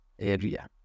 area